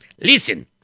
Listen